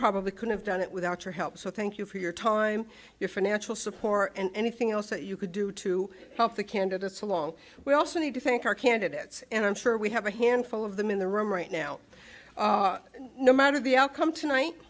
probably could have done it without your help so thank you for your time your financial support and anything else that you could do to help the candidates along we also need to think our candidates and i'm sure we have a handful of them in the room right now no matter the outcome tonight